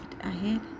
ahead